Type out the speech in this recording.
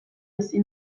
bizi